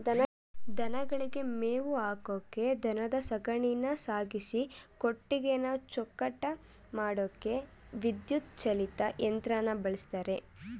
ದನಗಳಿಗೆ ಮೇವು ಹಾಕಕೆ ದನದ ಸಗಣಿನ ಸಾಗಿಸಿ ಕೊಟ್ಟಿಗೆನ ಚೊಕ್ಕಟ ಮಾಡಕೆ ವಿದ್ಯುತ್ ಚಾಲಿತ ಯಂತ್ರನ ಬಳುಸ್ತರೆ